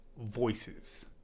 voices